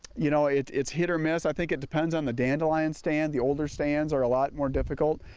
you know it's it's hit or miss. i think it depends on the dandelion stand. the older stands are a lot more difficult.